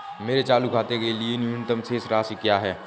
मेरे चालू खाते के लिए न्यूनतम शेष राशि क्या है?